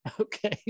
okay